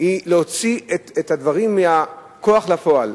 זה להוציא את הדברים מהכוח לפועל.